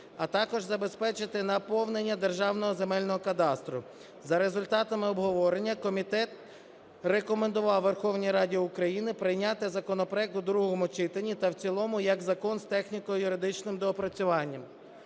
а також забезпечити наповнення Державного земельного кадастру. За результатами обговорення комітет рекомендував Верховній Раді України прийняти законопроект у другому читанні та в цілому як закон з техніко-юридичним доопрацюванням.